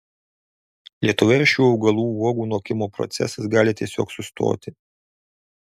lietuvoje šių augalų uogų nokimo procesas gali tiesiog sustoti